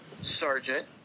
sergeant